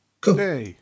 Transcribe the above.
cool